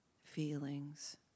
feelings